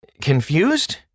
confused